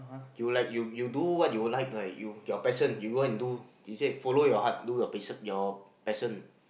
you like you you do what you like like you your passion you go and do he said follow your heart do your passion your passion